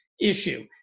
issue